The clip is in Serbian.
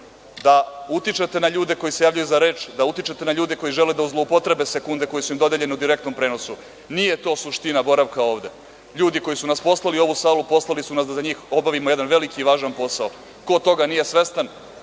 da utičete na ljude koji se javljaju za reč, da utičete na ljude koji žele da zloupotrebe sekunde koje su im dodeljene u direktnom prenosu. Nije to suština boravka ovde. Ljudi koji su nas poslali u ovu salu, poslali su nas da za njih obavimo jedan veliki i važan posao. Ko toga nije svestan